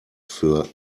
für